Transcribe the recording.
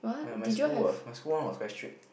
my my school was my school one was very strict